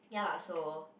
ya lah so